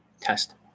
Test